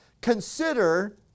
Consider